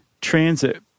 transit